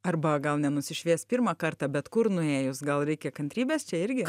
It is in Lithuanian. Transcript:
arba gal nenusišvies pirmą kartą bet kur nuėjus gal reikia kantrybės čia irgi